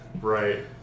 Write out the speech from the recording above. Right